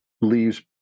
leaves